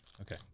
Okay